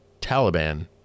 Taliban